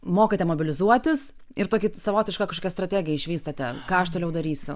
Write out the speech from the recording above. mokate mobilizuotis ir tokį savotišką kažkokią strategiją išvystote ką aš toliau darysiu